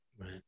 Right